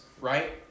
Right